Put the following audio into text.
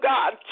God